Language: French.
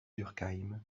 durkheim